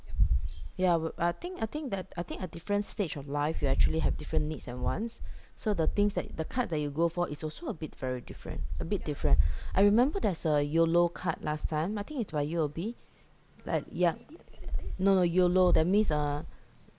ya I think I think that I think a different stage of life you actually have different needs and wants so the things that the card that you go for it's also a bit very different a bit different I remember there's a Y_O_L_O card last time I think it's by U_O_B like ya no no Y_O_L_O that means uh